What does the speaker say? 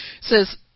says